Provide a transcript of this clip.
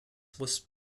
was